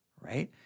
right